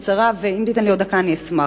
בקצרה, ואם תיתן לי עוד דקה אני אשמח.